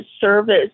service